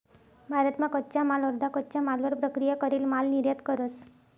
भारत मा कच्चा माल अर्धा कच्चा मालवर प्रक्रिया करेल माल निर्यात करस